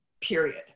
period